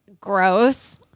gross